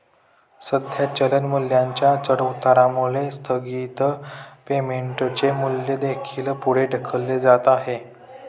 सध्या चलन मूल्याच्या चढउतारामुळे स्थगित पेमेंटचे मूल्य देखील पुढे ढकलले जात आहे